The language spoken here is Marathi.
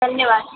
धन्यवाद